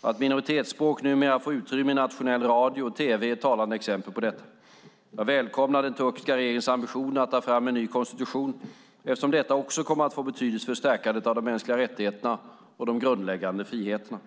Att minoritetsspråk numera får utrymme i nationell radio och tv är ett talande exempel på detta. Jag välkomnar den turkiska regeringens ambitioner att ta fram en ny konstitution eftersom detta också kommer att få betydelse för stärkandet av de mänskliga rättigheterna och de grundläggande friheterna.